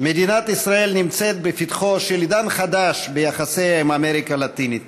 מדינת ישראל נמצאת בפתחו של עידן חדש ביחסיה עם אמריקה הלטינית,